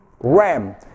ram